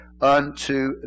unto